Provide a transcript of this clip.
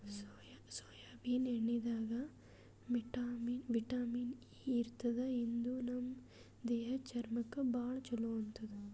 soybean ಎಣ್ಣಿದಾಗ್ vitamin E ಇರ್ತದ್ ಇದು ನಮ್ ದೇಹದ್ದ್ ಚರ್ಮಕ್ಕಾ ಭಾಳ್ ಛಲೋ ಅಂತಾರ್